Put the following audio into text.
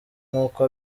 nk’uko